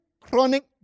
chronic